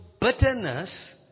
bitterness